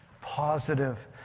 positive